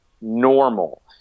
normal